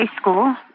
school